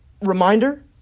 Reminder